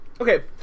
Okay